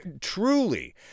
Truly